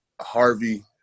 Harvey